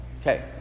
Okay